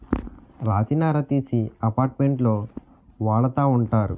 రాతి నార తీసి అపార్ట్మెంట్లో వాడతా ఉంటారు